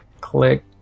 Click